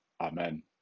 Amen